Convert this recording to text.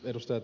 edustajat